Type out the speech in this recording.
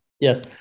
Yes